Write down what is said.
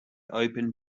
open